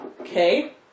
okay